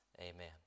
Amen